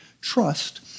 trust